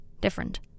Different